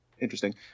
interesting